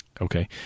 Okay